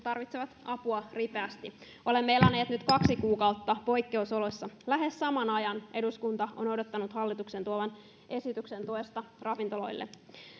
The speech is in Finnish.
tarvitsevat apua ripeästi olemme eläneet nyt kaksi kuukautta poikkeusoloissa lähes saman ajan eduskunta on on odottanut hallituksen tuovan esityksen tuesta ravintoloille